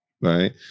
Right